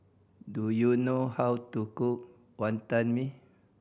do you know how to cook Wonton Mee